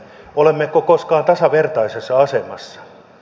olemmeko koskaan tasavertaisessa asemassa